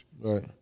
Right